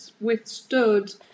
withstood